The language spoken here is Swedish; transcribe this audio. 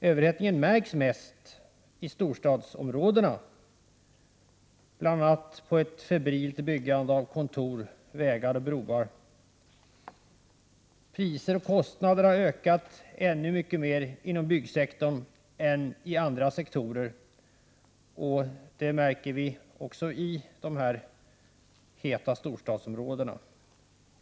Överhettningen märks mest i storstadsområdena, bl.a. i form av ett febrilt byggande av kontor, vägar och broar. Priser och kostnader har ökat ännu mer inom byggsektorn än inom andra sektorer, vilket märks i de heta storstadsområdena.